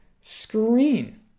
screen